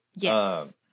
Yes